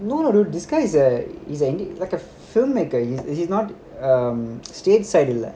no no no this guy is a is a ind~ like a filmmaker he's he's not um state side இல்ல:illa